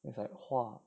it's like 化